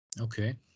Okay